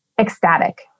ecstatic